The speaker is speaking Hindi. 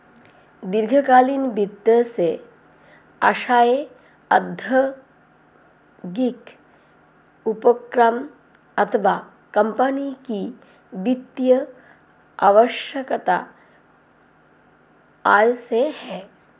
दीर्घकालीन वित्त से आशय औद्योगिक उपक्रम अथवा कम्पनी की वित्तीय आवश्यकताओं से है